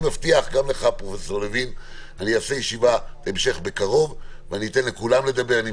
אני מבטיח גם לפרופסור לוין שנקיים ישיבה בקרוב וניתן לכולם לדבר.